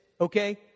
Okay